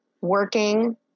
working